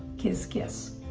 kiss, kiss.